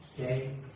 Okay